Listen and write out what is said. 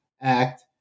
act